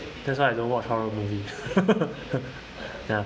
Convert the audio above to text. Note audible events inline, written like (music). that's why I don't watch horror movies (laughs) ya